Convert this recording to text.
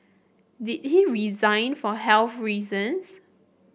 did he resign for health reasons